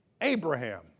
Abraham